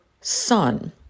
son